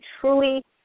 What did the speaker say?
truly